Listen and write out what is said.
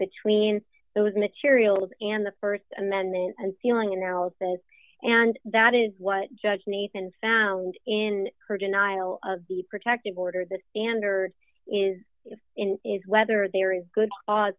between those materials and the st amendment and ceiling analysis and that is what judge nathan found in her denial of the protective order the standard is in is whether there is good